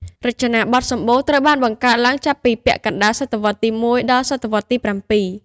រចនាបថសំបូរ ត្រូវបានបង្កើតឡើង ចាប់ពីពាក់កណ្ដាលសតវត្សទី១ ដល់សតវត្សទី៧។